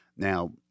Now